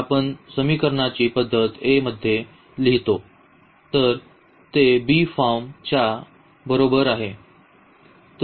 जर आपण समीकरणाची पध्दत A मध्ये लिहितो तर ते फॉर्म च्या बरोबर आहे